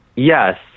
Yes